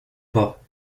pas